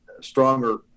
stronger